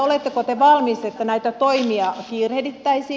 oletteko te valmis että näitä toimia kiirehdittäisiin